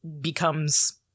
becomes